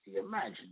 imagine